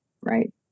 right